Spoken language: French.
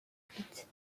cuite